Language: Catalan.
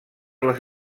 les